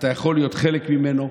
אתה יכול להיות חלק ממנו,